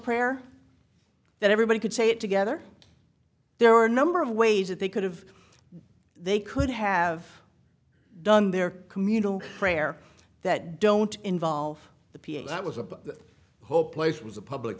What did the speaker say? prayer that everybody could say it together there were a number of ways that they could have they could have done their communal prayer that don't involve the p a that was about the whole place was a public